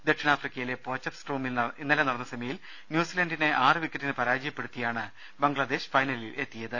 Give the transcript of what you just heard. ദക്ഷിണാഫ്രിക്കയിലെ പോച്ചഫ്സ്ട്രൂമിൽ ഇന്നലെ നടന്ന സെമിയിൽ ന്യൂസിലന്റിനെ ആറ് വിക്കറ്റിന് പരാജയപ്പെടുത്തിയാണ് ബംഗ്ലാദേശ് ഫൈനലിലെത്തിയത്